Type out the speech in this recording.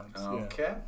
Okay